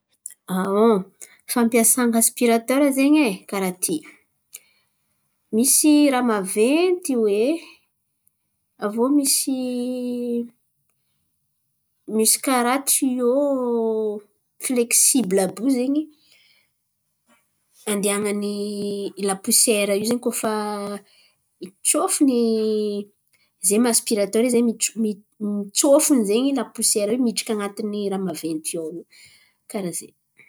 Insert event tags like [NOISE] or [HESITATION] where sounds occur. [HESITATION] fampiasan̈a asipiratera zen̈y e karà ty. Misy raha maventy oe aviô misy misy karà tiô fileksibila àby io zen̈y andian̈any laposiaira io zen̈y koa fa tsôfiny zen̈y maha asipiratera izy zen̈y mitsô- tsôfono zen̈y laposiaira io midriky an̈atiny raha maventy ao io. Karà zen̈y.